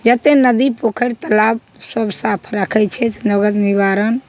जते नदी पोखरि तालाब सब साफ रखै छथि नगर निवारण